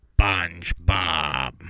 SpongeBob